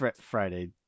Friday